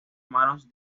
manos